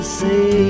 say